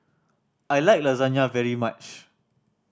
I like Lasagna very much